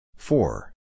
Four